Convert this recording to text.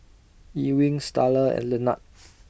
Ewing Starla and Lenard